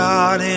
God